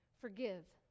forgive